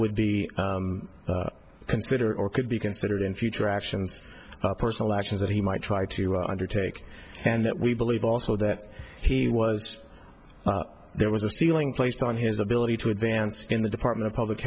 would be considered or could be considered in future actions personal actions that he might try to undertake and that we believe also that he was there was a stealing placed on his ability to advance in the department of public